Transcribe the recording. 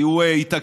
כי הוא התעכב,